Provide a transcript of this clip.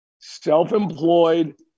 self-employed